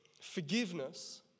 forgiveness